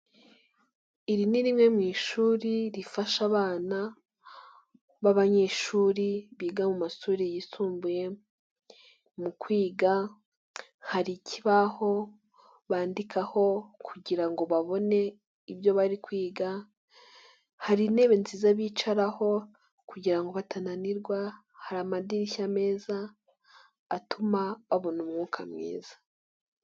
Iri ni rimwe mu ishuri rifasha abana b'abanyeshuri biga mu mashuri yisumbuye mu kwiga hari ikibaho bandikaho kugira ngo babone ibyo bari kwiga, hari intebe nziza bicaraho kugira ngo batananirwa, hari amadirishya meza atuma babona umwuka mwiza.